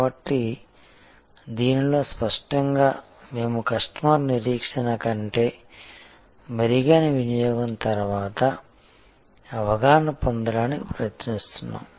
కాబట్టి దీనిలో స్పష్టంగా మేము కస్టమర్ నిరీక్షణ కంటే మెరుగైన వినియోగం తర్వాత అవగాహన పొందడానికి ప్రయత్నిస్తున్నాము